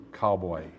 cowboy